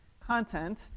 content